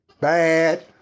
bad